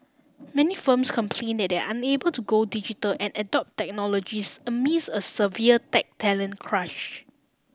many firms complain that they are unable to go digital and adopt technologies amid a severe tech talent crunch